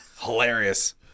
hilarious